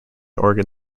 oregon